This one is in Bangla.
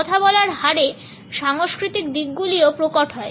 কথা বলার হারে সাংস্কৃতিক দিকগুলোও প্রকট হয়